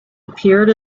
appeared